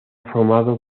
formado